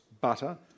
butter